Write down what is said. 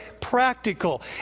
practical